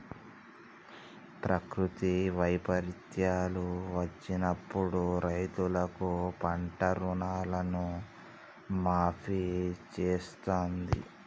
ప్రకృతి వైపరీత్యాలు వచ్చినప్పుడు రైతులకు పంట రుణాలను మాఫీ చేస్తాంది